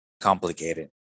complicated